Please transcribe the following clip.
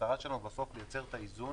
המטרה שלנו בסוף, לייצר את האיזון,